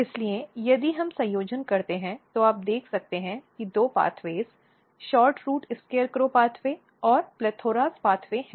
इसलिए यदि हम संयोजन करते हैं तो आप देख सकते हैं कि दो मार्ग SHORTROOT SCARECROW पाथवे और PLETHORAS पाथवे हैं